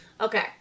Okay